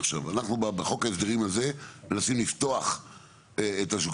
בחוק ההסדרים הזה אנחנו מנסים לפתוח את השוק.